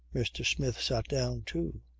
mr. smith sat down too,